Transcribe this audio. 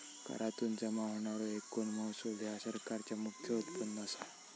करातुन जमा होणारो एकूण महसूल ह्या सरकारचा मुख्य उत्पन्न असा